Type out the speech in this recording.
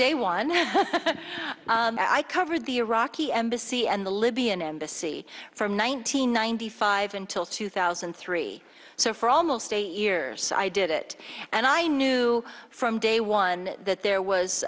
day one i covered the iraqi embassy and the libyan embassy from one nine hundred ninety five until two thousand and three so for almost eight years i did it and i knew from day one that there was